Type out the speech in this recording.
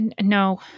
No